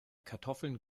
kartoffeln